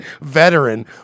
veteran